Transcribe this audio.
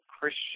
Christian